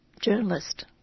journalist